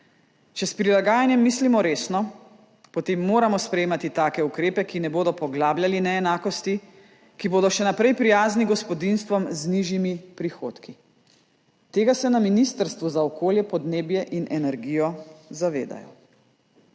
Če s prilagajanjem mislimo resno, potem moramo sprejemati take ukrepe, ki ne bodo poglabljali neenakosti, ki bodo še naprej prijazni gospodinjstvom z nižjimi prihodki. Tega se na Ministrstvu za okolje, podnebje in energijo zavedajo.